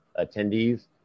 attendees